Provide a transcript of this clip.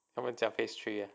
他们讲 phase three ah